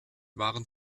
waren